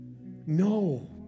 No